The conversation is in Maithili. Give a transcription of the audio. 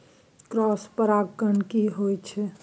क्रॉस परागण की होयत छै?